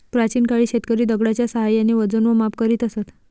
प्राचीन काळी शेतकरी दगडाच्या साहाय्याने वजन व माप करीत असत